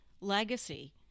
legacy